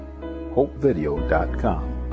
hopevideo.com